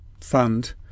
fund